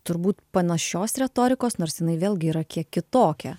turbūt panašios retorikos nors jinai vėlgi yra kiek kitokia